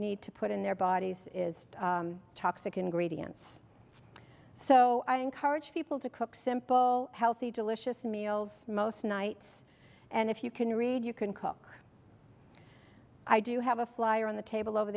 need to put in their bodies is toxic ingredients so i encourage people to cook simple healthy delicious meals most nights and if you can read you can cook i do have a flyer on the table over